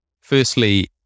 Firstly